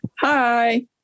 hi